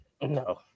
No